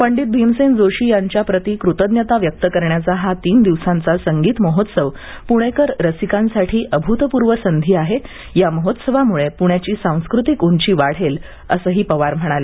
पंडित भीमसेन जोशी यांच्या प्रती कृतज्ञता व्यक्त करण्याचा हा तीन दिवसांचा संगीत महोत्सव पुणेकर रसिकांसाठी अभ्रतप्रर्व संधी आहे या महोत्सवामुळे प्ण्याची सांस्कृतिक उंची वाढेल असंही पवार म्हणाले